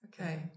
Okay